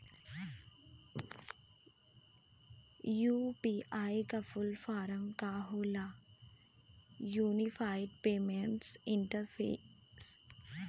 UPI का full form का होला?